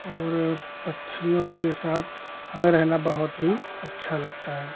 और पक्षियों के साथ हमें रहना बहुत ही अच्छा लगता है